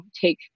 take